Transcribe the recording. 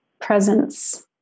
presence